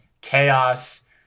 Chaos